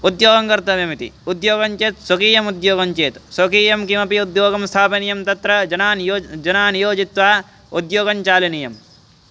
उद्योगङ्कर्तव्यम् इति उद्योगञ्चेत् स्वकीयमुद्योगं चेत् स्वकीयं किमपि उद्योगं स्थापनीयं तत्र जनान् योज्य जनान् योजयित्वा उद्योगञ्चालनीयं